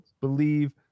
believe